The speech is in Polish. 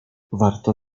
warto